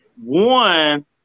One